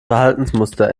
verhaltensmuster